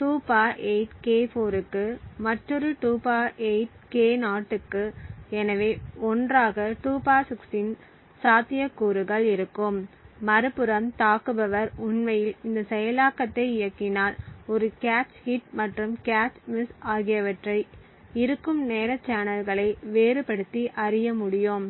2 8 K4 க்கு மற்றொரு 2 8 K0 க்கு எனவே ஒன்றாக 2 16 சாத்தியக்கூறுகள் இருக்கும் மறுபுறம் தாக்குபவர் உண்மையில் இந்த செயலாக்கத்தை இயக்கினால் ஒரு கேச் ஹிட் மற்றும் கேச் மிஸ் ஆகியவற்றை இருக்கும் நேர சேனல்களை வேறுபடுத்தி அறிய முடியும்